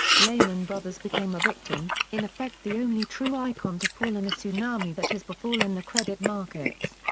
lehman brothers became a victim, in effect the only true icon to fall in a tsunami that has befallen the credit markets.